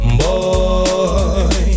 boy